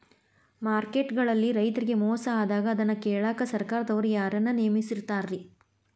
Market ಗಳಲ್ಲಿ ರೈತರಿಗೆ ಮೋಸ ಆದಾಗ ಅದನ್ನ ಕೇಳಾಕ್ ಸರಕಾರದವರು ಯಾರನ್ನಾ ನೇಮಿಸಿರ್ತಾರಿ?